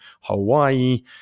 Hawaii